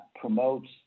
promotes